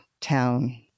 town